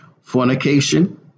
fornication